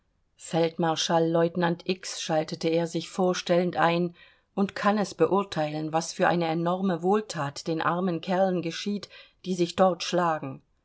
schaltete er sich vorstellend ein und kann es beurteilen was für eine enorme wohlthat den armen kerlen geschieht die sich dort schlagen